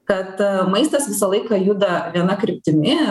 kad maistas visą laiką juda viena kryptimi